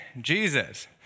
Jesus